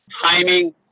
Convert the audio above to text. timing